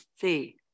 see